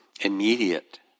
immediate